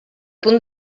punt